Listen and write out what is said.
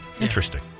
Interesting